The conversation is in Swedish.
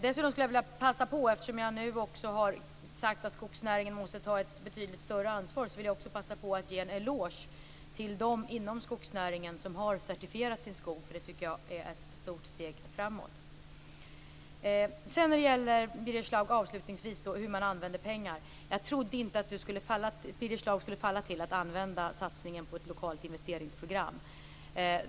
Dessutom skulle jag, eftersom jag nu har sagt att skogsnäringen måste ta ett betydligt större ansvar, vilja passa på att ge en eloge till dem som inom skogsnäringen har certifierat sin skog. Jag tycker att det är ett stort steg framåt. Avslutningsvis, Birger Schlaug, om hur man använder pengar: Jag trodde inte att Birger Schlaug skulle förfalla till att använda satsningen på ett lokalt investeringsprogram.